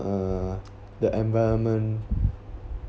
uh the environment